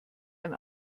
ein